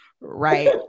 right